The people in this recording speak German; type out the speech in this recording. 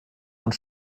und